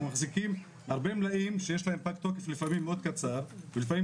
אנחנו מחזיקים הרבה מלאים שיש להם פג תוקף לפעמים מאוד קצר ולפעמים